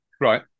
Right